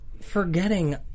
forgetting